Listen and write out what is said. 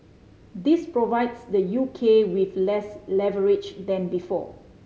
this provides the U K with less leverage than before